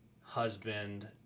husband